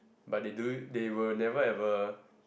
but they do it they were never ever